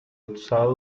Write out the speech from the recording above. usado